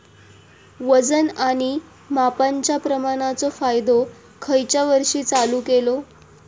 वजन आणि मापांच्या प्रमाणाचो कायदो खयच्या वर्षी चालू केलो?